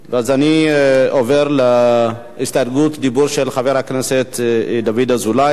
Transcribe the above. אני עובר להסתייגות של חבר הכנסת דוד אזולאי.